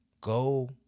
go